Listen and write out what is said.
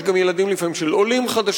יש לפעמים גם ילדים של עולים חדשים.